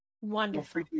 Wonderful